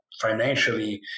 financially